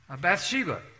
Bathsheba